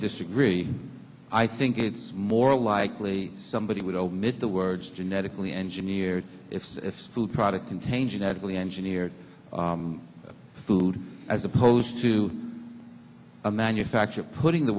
disagree i think it's more likely somebody would omit the words genetically engineered if a food product contains genetically engineered food as opposed to a manufacturer putting the